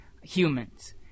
humans